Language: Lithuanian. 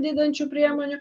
didinančių priemonių